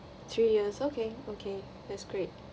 three years okay okay that's great